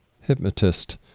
hypnotist